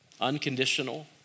unconditional